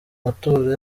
matora